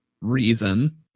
reason